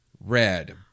red